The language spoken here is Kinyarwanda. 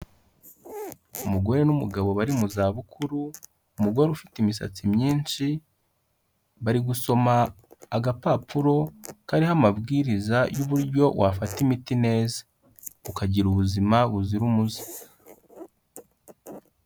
Umugore n'umugabo bari mu za bukuru, umugore ufite imisatsi myinshi, bari gusoma agapapuro kariho amabwiriza y'uburyo wafata imiti neza ukagira ubuzima buzira umuze.